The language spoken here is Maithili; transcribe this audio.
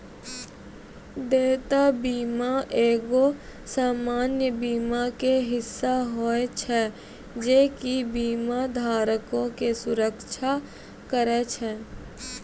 देयता बीमा एगो सामान्य बीमा के हिस्सा होय छै जे कि बीमा धारको के सुरक्षा करै छै